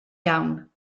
iawn